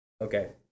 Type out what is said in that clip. Okay